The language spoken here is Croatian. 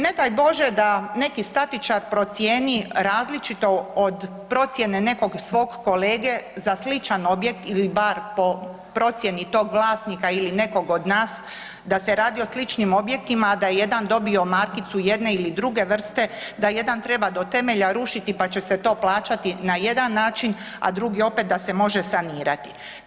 Ne daj Bože da neki statičar procijeni različito od procjene nekog svog kolege za sličan objekt ili bar po procjeni tog vlasnika ili nekog od nas da se radi o sličnim objektima, a da je jedna dobio markicu jedne ili druge vrste, da jedan treba do temelja rušiti pa će se to plaćati na jedan način, a drugi opet da se može sanirati.